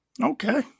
Okay